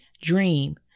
Dream